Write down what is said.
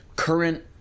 Current